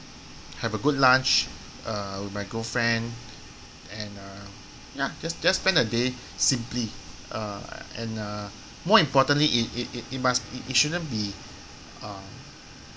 have a good lunch uh with my girlfriend and uh ya just just spend a day simply err and uh more importantly it it it it must it shouldn't be uh